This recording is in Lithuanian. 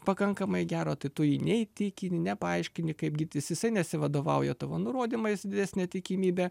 pakankamai gero tai tu neįtikini nepaaiškini kaip gydytis jisai nesivadovauja tavo nurodymais didesnė tikimybė